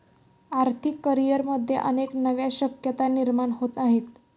आर्थिक करिअरमध्ये अनेक नव्या शक्यता निर्माण होत आहेत